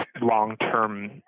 long-term